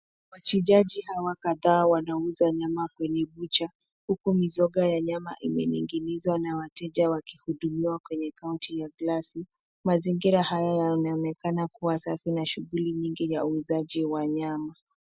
Wachinjaji hawa kadhaa wanauza nyama kwenye duka huku mizoga ya nyama imening'inizwa na wateja wakihudumiwa kwenye counter ya glasi. Mazingira haya yanaonekana kuwa safi na shughuli nyingi za uuzaji wa nyama.